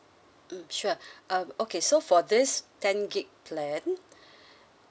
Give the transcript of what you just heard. mm sure uh okay so for this ten gig plan